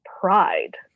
pride